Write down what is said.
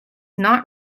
not